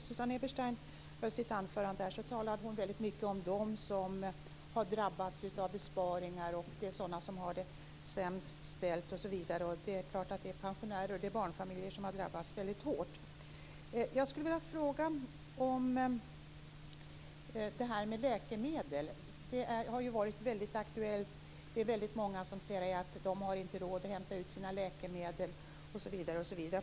Fru talman! När Susanne Eberstein höll sitt anförande talade hon mycket om dem som har drabbats av besparingar och sade att det är sådana som har det sämst i samhället. Det är klart att det är pensionärer och barnfamiljer som har drabbats väldigt hårt. Jag skulle vilja fråga om läkemedel, som ju har varit aktuella. Det är många som säger att de inte har råd att hämta ut sina läkemedel.